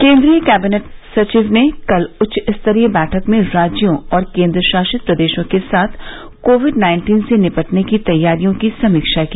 केंद्रीय कैबिनेट सचिव ने कल उच्च स्तरीय बैठक में राज्यों और केंद्र शासित प्रदेशों के साथ कोविड नाइन्टीन से निपटने की तैयारियों की समीक्षा की